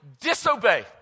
disobey